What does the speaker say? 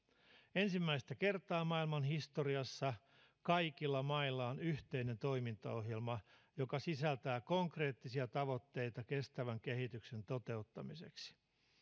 ensimmäistä kertaa maailmanhistoriassa kaikilla mailla on yhteinen toimintaohjelma joka sisältää konkreettisia tavoitteita kestävän kehityksen toteuttamiseksi